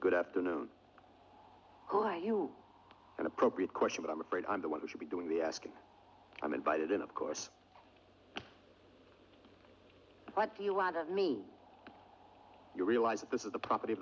good afternoon an appropriate question but i'm afraid i'm the one who should be doing the asking i'm invited in of course but me you realize that this is the property